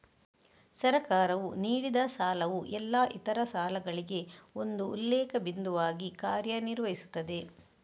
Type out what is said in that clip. ಸರ್ಕಾರವು ನೀಡಿದಸಾಲವು ಎಲ್ಲಾ ಇತರ ಸಾಲಗಳಿಗೆ ಒಂದು ಉಲ್ಲೇಖ ಬಿಂದುವಾಗಿ ಕಾರ್ಯ ನಿರ್ವಹಿಸುತ್ತದೆ